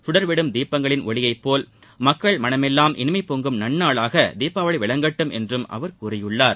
கடர்விடும் தீபங்களின் ஒளிபோல மக்கள் மனமெல்வாம் இனிமை பொங்கும் நன்னாளாக தீபாவளி விளங்கட்டும் என்றும் அவர் கூறியுள்ளார்